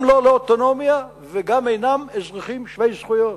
גם לא לאוטונומיה וגם אינם אזרחים שווי זכויות.